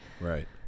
right